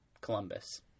Columbus